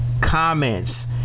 comments